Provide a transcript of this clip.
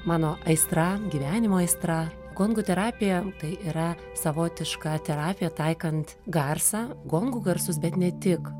mano aistra gyvenimo aistra gongų terapija tai yra savotiška terapija taikant garsą gongų garsus bet ne tik